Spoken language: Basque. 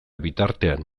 bitartean